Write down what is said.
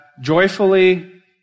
joyfully